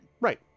Right